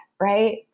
right